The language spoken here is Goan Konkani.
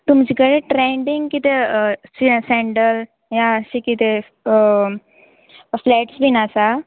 तुमचे कडे ट्रेंडींग कितें सेंडल या अशें कितें फ्लॅट्स बीन आसा